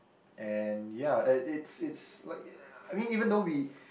and ya uh it's it's like I mean even though we